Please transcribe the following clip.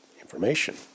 information